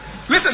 Listen